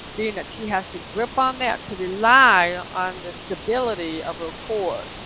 being that she has to grip on that to rely on the stability of her core,